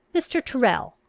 mr. tyrrel,